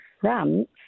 France